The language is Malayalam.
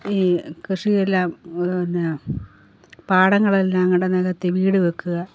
ഈ കൃഷിയെല്ലാം പിന്നെ പാടങ്ങളെല്ലാംകൂടെ നികത്തി വീട് വെയ്ക്കുക